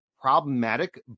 problematic